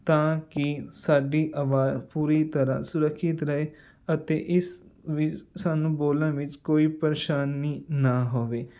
ਤਾਂ ਕਿ ਸਾਡੀ ਆਵਾਜ਼ ਪੂਰੀ ਤਰ੍ਹਾਂ ਸੁਰੱਖਿਅਤ ਰਹੇ ਅਤੇ ਇਸ ਵਿੱਚ ਸਾਨੂੰ ਬੋਲਣ ਵਿੱਚ ਕੋਈ ਪਰੇਸ਼ਾਨੀ ਨਾ ਹੋਵੇ